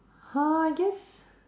!huh! I guess